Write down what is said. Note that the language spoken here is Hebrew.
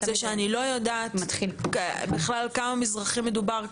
זה שאני לא יודעת בכמה מזרחים מדובר,